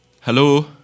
hello